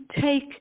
take